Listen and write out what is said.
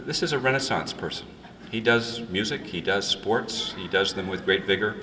this is a renaissance person he does music he does sports he does them with great vig